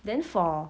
then for